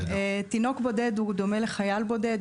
תינוק בודד הוא דומה לחייל בודד.